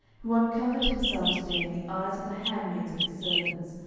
who uncovered himself to day in the eyes of the handmaids of his servants,